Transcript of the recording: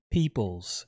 Peoples